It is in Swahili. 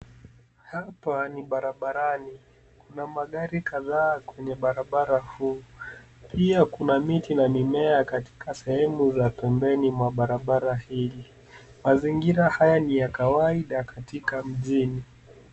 Hapa ni barabarani. Kuna magari kadhaa kwenye barabara huu. Pia kuna miti na mimea katika sehemu za pembeni mwa barabara hili. Mazingira haya ni ya kawaida katika mjini.